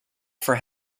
for